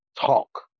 talk